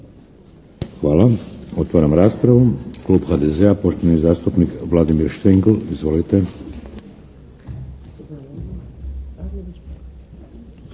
Hvala. Otvaram raspravu. Klub HDZ-a, poštovani zastupnik Vladimir Štengl. Izvolite.